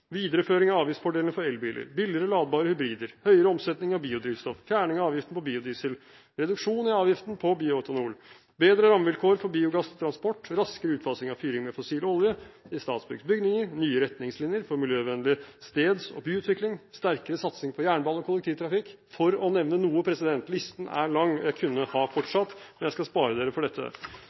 videreføring av avgiftsfordelene for elbiler, billigere ladbare hybrider, høyere omsetning av biodrivstoff, fjerning av avgiften på biodiesel, reduksjon i avgiften på bioetanol, bedre rammevilkår for biogass til transport, raskere utfasing av fyring med fossil olje i Statsbyggs bygninger, nye retningslinjer for miljøvennlig steds- og byutvikling, sterkere satsing på jernbane og kollektivtrafikk – for å nevne noe. Listen er lang, jeg kunne ha fortsatt, men jeg skal spare dere for dette.